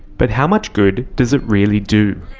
but how much good does it really do?